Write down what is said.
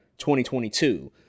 2022